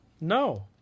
No